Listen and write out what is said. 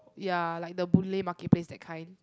ya like the Boon-Lay market place that kind